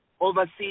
overseas